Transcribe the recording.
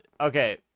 Okay